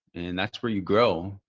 and that's where you grow.